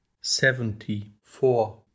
Seventy-four